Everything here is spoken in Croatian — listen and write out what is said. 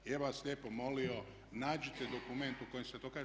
Ja bih vas lijepo molio nađite dokument u kojem se to kaže.